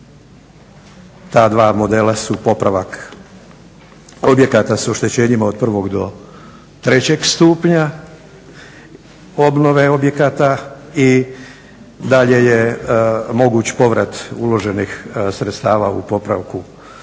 ta dva modela su popravak objekata sa oštećenjima od prvog do trećeg stupnja obnove objekata i dalje je moguć povrat uloženih sredstava u popravku ili